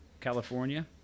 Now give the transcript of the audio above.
California